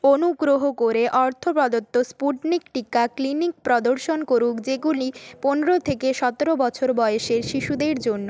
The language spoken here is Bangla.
অনুগ্রহ করে অর্থ প্রদত্ত স্পুটনিক টিকা ক্লিনিক প্রদর্শন করুক যেগুলি পনেরো থেকে সতেরো বছর বয়সের শিশুদের জন্য